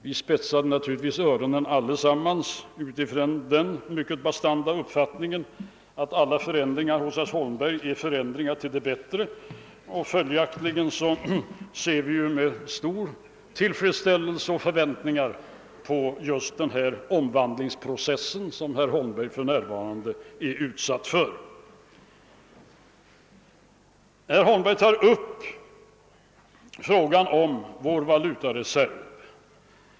Vi spetsade naturligtvis öronen allesammans utifrån den mycket bastanta uppfattningen att alla förändringar hos herr Holmberg är förändringar till det bättre och följaktligen ser vi ju med stor tillfredsställelse och förväntningar på den omvandlingsprocess som herr Holmberg för närvarande är utsatt för. Herr Holmberg tog upp frågan om vår valutareserv.